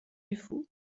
dufour